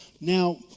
now